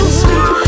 sweet